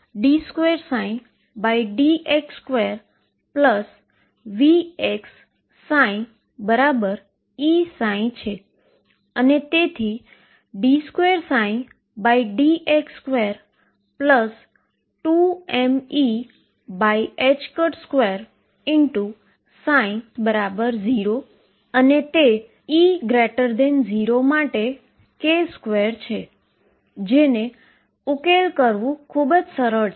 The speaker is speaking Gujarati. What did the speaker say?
તે ફરીથી અચળ સમય વેવ ફંકશન શોધવા માટે થાય છે અને આ પણ એક આઈગન વેલ્યુ છે અને આ અનુરૂપ વેવ ફંકશન છે જે દેખાય છે તે કેવુ છે